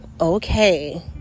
okay